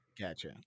Gotcha